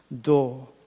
door